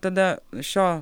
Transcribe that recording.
tada šio